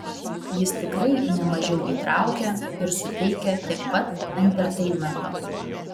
jis tikrai nemažiau įtraukia ir suteikia tiek pat enterteinmento